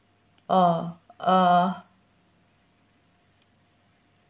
orh uh